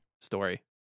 story